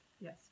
Yes